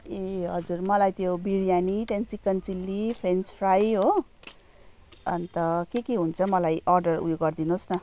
ए हजुर मलाई त्यो बिरयानी त्यहादेखि चिकन चिल्ली फ्रेन्च फ्राई हो अन्त के के हुन्छ अर्डर उयो गरिदिनुहोस् न